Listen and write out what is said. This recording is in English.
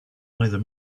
either